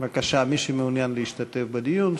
בבקשה, מי שמעוניין להשתתף בדיון שיצביע.